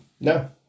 no